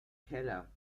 keller